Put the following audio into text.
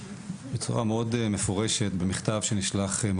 בצורה מאוד מפורשת במכתב שנשלח.